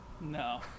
No